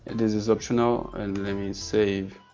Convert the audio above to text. this is optional and let me save.